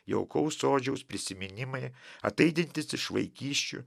jaukaus sodžiaus prisiminimai ataidintys iš vaikysčių